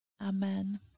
Amen